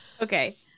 Okay